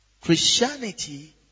Christianity